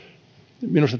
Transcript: minusta